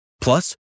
Plus